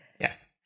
Yes